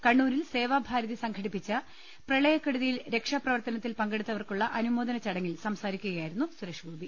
കണ്ണൂരിൽ സേവാഭാരതി സംഘടിപ്പിച്ചു പ്രളയക്കെടുതിയിൽ പങ്കെടുത്തവർക്കുള്ള അനുമോദന ചടങ്ങിൽ സംസാരിക്കുകയായിരുന്നു സുരേഷ് ഗോപി